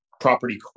property